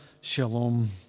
Shalom